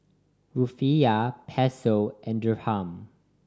Rufiyaa Peso and Dirham